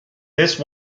this